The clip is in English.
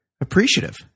appreciative